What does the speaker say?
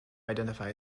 identify